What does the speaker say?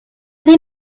they